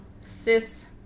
cis